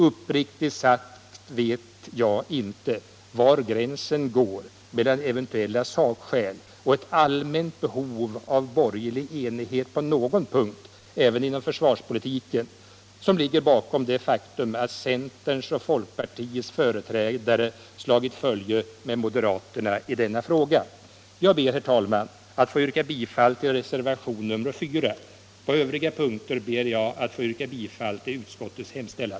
Uppriktigt sagt vet jag inte om det är eventuella sakskäl eller ett allmännt behov av borgerlig enighet på någon punkt även inom försvarspolitiken som ligger bakom det faktum att centerns och folkpartiets företrädare slagit följe med moderaterna i denna fråga. Jag ber, herr talman, att få yrka bifall till reservationen 4. På övriga punkter ber jag att få yrka bifall till utskottets hemställan.